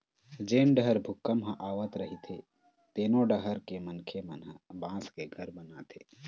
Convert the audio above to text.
जेन डहर भूपंक ह आवत रहिथे तेनो डहर के मनखे मन ह बांस के घर बनाथे